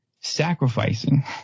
sacrificing